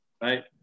right